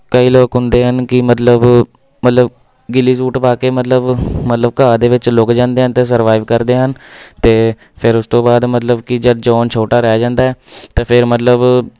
ਕਈ ਲੋਕ ਹੁੰਦੇ ਹਨ ਕਿ ਮਤਲਬ ਮਤਲਬ ਗਿਲੀ ਸੂਟ ਪਾ ਕੇ ਮਤਲਬ ਮਤਲਬ ਘਾਹ ਦੇ ਵਿੱਚ ਲੁੱਕ ਜਾਂਦੇ ਹਨ ਅਤੇ ਸਰਵਾਈਵ ਕਰਦੇ ਹਨ ਅਤੇ ਫਿਰ ਉਸ ਤੋਂ ਬਾਅਦ ਮਤਲਬ ਕਿ ਜਦ ਜ਼ੋਨ ਛੋਟਾ ਰਹਿ ਜਾਂਦਾ ਹੈ ਤਾਂ ਫਿਰ ਮਤਲਬ